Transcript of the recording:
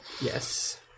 yes